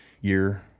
year